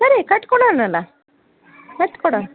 ಸರಿ ಕಟ್ಕೊಡೋಣ್ ಅಲ್ಲ ಕಟ್ಕೊಡೋಣ್